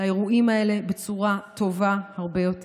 האירועים האלה בצורה טובה הרבה יותר.